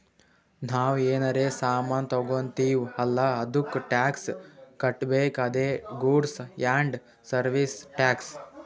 ನಾವ್ ಏನರೇ ಸಾಮಾನ್ ತಗೊತ್ತಿವ್ ಅಲ್ಲ ಅದ್ದುಕ್ ಟ್ಯಾಕ್ಸ್ ಕಟ್ಬೇಕ್ ಅದೇ ಗೂಡ್ಸ್ ಆ್ಯಂಡ್ ಸರ್ವೀಸ್ ಟ್ಯಾಕ್ಸ್